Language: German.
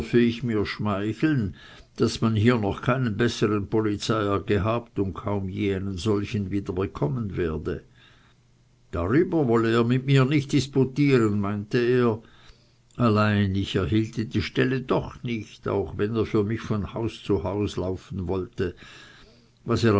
ich mir schmeicheln daß man hier noch keinen bessern polizeier gehabt und kaum je einen solchen wieder bekommen werde darüber wolle er mit mir nicht disputieren meinte er allein ich erhielte die stelle doch nicht auch wenn er für mich von haus zu haus laufen wolle